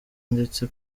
ndetse